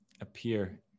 appear